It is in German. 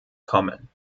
kommen